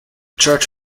church